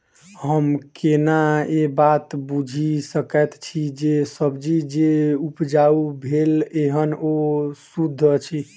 हम केना ए बात बुझी सकैत छी जे सब्जी जे उपजाउ भेल एहन ओ सुद्ध अछि?